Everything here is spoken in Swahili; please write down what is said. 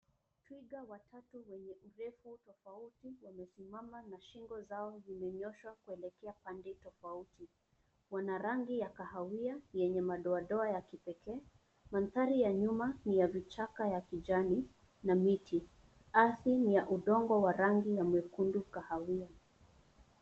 Twiga watatu wenye urefu tofauti wamesimama na shingo zao zimenyooshwa kuelekea pande tofauti. Wana rangi ya kahawia yenye madoadoa ya kipekee. Mandhari ya nyuma ni ya vichaka ya kijani na miti. Ardhi ni ya udongo wa rangi ya mwekundu kahawia.